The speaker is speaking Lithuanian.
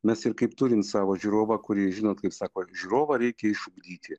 mes ir kaip turim savo žiūrovą kurį žinot kaip sako žiūrovą reikia išugdyti